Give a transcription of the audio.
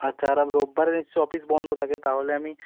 আচ্ছা আর আর রোববারে নিশ্চয়ই অফিস বন্ধ থাকে তাহলে আমি